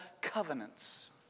covenants